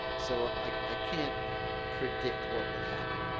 so i can't predict what will happen.